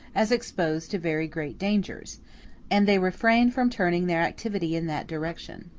as exposed to very great dangers and they refrain from turning their activity in that direction.